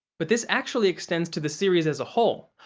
but, this actually extends to the series as a whole.